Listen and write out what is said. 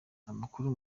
amakuru